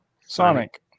Sonic